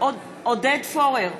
עודד פורר,